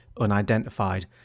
unidentified